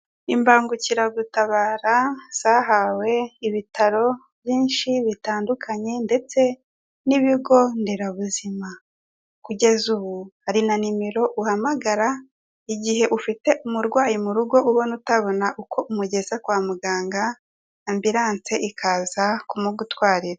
Imbangukiragutabara zahawe ibitaro byinshi bitandukanye ndetse n'ibigo nderabuzima, kugeza ubu hari na nimero uhamagara, igihe ufite umurwayi mu rugo ubona utabona uko umugeza kwa muganga ambulance ikaza kumugutwarira.